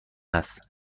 است